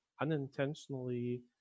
unintentionally